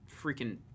freaking